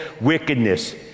wickedness